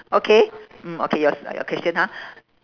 okay mm okay yours ah your question ha